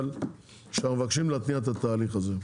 שאנחנו מבקשים להתניע את התהליך הזה.